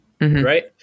Right